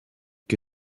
que